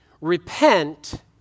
repent